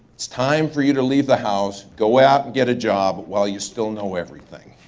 it's time for you to leave the house, go out and get a job, while you still know everything.